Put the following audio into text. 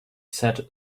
said